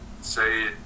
say